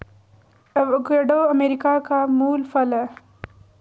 avocado America का मूल फल है